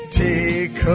take